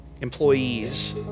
employees